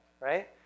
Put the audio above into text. right